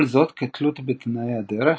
כל זאת כתלות בתנאי הדרך,